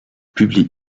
publie